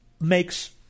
makes